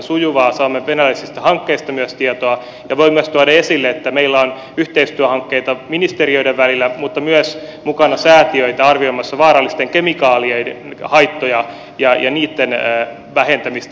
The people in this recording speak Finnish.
saamme venäläisistä hankkeista myös tietoa ja voin myös tuoda esille että meillä on yhteistyöhankkeita ministeriöiden välillä mutta myös mukana säätiöitä arvioimassa vaarallisten kemikaalien haittoja ja niitten vähentämistä venäjällä